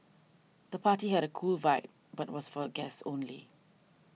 the party had a cool vibe but was for guests only